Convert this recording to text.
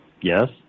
Yes